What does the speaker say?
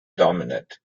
dominate